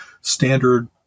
standard